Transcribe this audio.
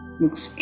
looks